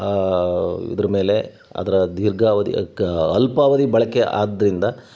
ಇದ್ರ ಮೇಲೆ ಅದರ ದೀರ್ಘಾವಧಿ ಕಾ ಅಲ್ಪಾವಧಿ ಬಳಕೆ ಆದ್ದರಿಂದ